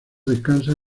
descansan